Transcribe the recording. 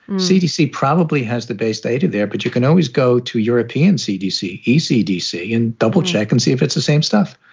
cdc probably has the best data there, but you can always go to european cdc, ac dc and double check and see if it's the same stuff.